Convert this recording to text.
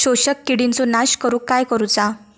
शोषक किडींचो नाश करूक काय करुचा?